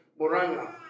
Moranga